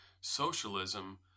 socialism